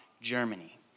Germany